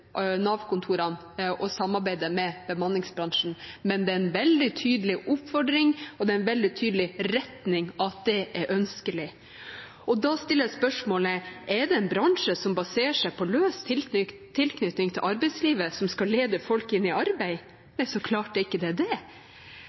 med bemanningsbransjen, men det er en veldig tydelig oppfordring, og det er en veldig tydelig retning at det er ønskelig. Da stiller jeg spørsmålet: Er det en bransje som baserer seg på løs tilknytning til arbeidslivet, som skal lede folk inn i arbeid? Nei, så klart det ikke er det – ikke hvis fast ansettelse er et mål, ikke hvis det